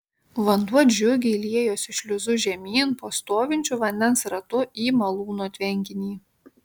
vanduo džiugiai liejosi šliuzu žemyn po stovinčiu vandens ratu į malūno tvenkinį